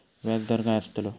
व्याज दर काय आस्तलो?